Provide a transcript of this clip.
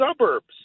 suburbs